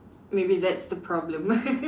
maybe that's the problem